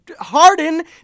Harden